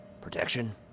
Protection